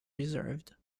reserved